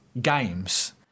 games